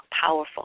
powerful